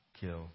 kill